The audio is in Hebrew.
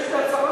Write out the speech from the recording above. יש לי הצעה,